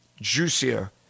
juicier